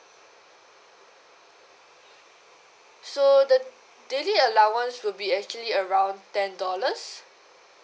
so the daily allowance will be actually around ten dollars